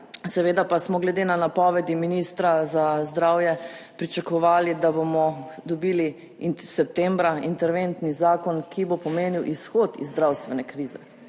Seveda pa smo glede na napovedi ministra za zdravje pričakovali, da bomo dobili septembra interventni zakon, ki bo pomenil izhod iz zdravstvene krize,